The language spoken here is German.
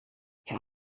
herr